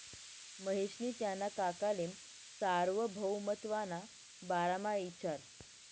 महेशनी त्याना काकाले सार्वभौमत्वना बारामा इचारं